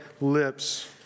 lips